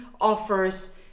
offers